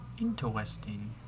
interesting